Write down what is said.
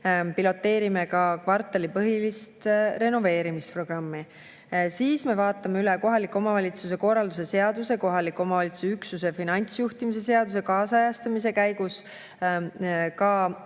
piloteerime ka kvartalipõhist renoveerimisprogrammi. Siis me vaatame kohaliku omavalitsuse korralduse seaduse ja kohaliku omavalitsuse üksuse finantsjuhtimise seaduse kaasajastamise käigus ka